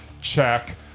Check